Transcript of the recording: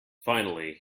finally